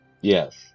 Yes